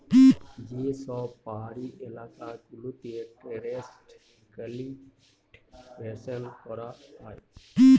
যে সব পাহাড়ি এলাকা গুলোতে টেরেস কাল্টিভেশন করা হয়